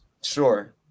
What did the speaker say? Sure